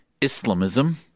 Islamism